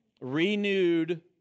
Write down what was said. Renewed